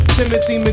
Timothy